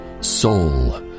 Soul